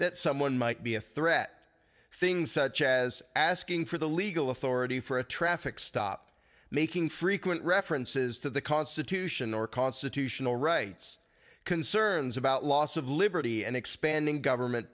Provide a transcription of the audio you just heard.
that someone might be a threat things such as asking for the legal authority for a traffic stop making frequent references to the constitution or constitutional rights concerns about loss of liberty and expanding government